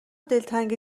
دلتنگ